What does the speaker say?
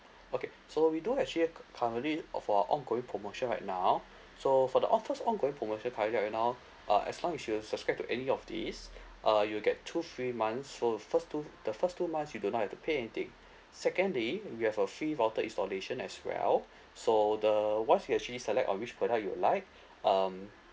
okay so we do actually currently or for our ongoing promotion right now so for the offers ongoing promotion currently right now uh as long as you subscribe to any of these uh you will get two free month so first two the first two months you do not have to pay anything secondly we have a free router installation as well so the once you actually select on which product you would like um